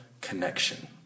connection